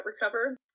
recover